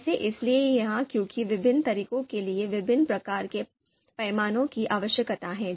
ऐसा इसलिए है क्योंकि विभिन्न तरीकों के लिए विभिन्न प्रकार के पैमाने की आवश्यकताएं हैं